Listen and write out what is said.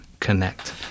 connect